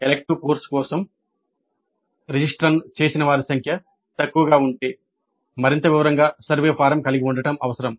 elective course కోసం registrant చేసిన వారి సంఖ్య తక్కువగా ఉంటే మరింత వివరంగా సర్వే ఫారం కలిగి ఉండటం అవసరం